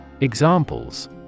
Examples